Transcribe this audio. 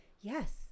yes